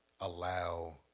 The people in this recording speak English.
allow